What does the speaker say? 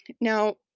Now